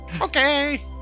okay